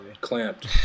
Clamped